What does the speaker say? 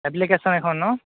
application এখন ন